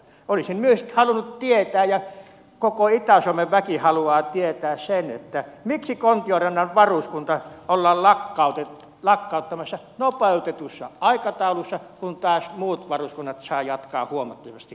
olisin myös halunnut tietää ja koko itä suomen väki haluaa tietää sen miksi kontiorannan varuskunta ollaan lakkauttamassa nopeutetussa aikataulussa kun taas muut varuskunnat saavat jatkaa huomattavasti kauemmin